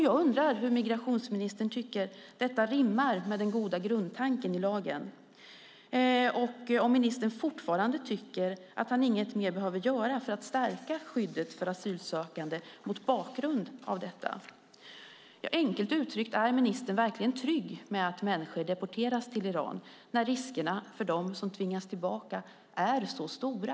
Jag undrar hur migrationsministern tycker att detta rimmar med den goda grundtanken i lagen och om ministern fortfarande tycker att han inget mer behöver göra för att stärka skyddet för asylsökande mot bakgrund av detta. Enkelt uttryckt: Är ministern verkligen trygg med att människor deporteras till Iran när riskerna för dem som tvingas tillbaka är så stora?